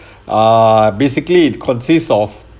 uh basically consists of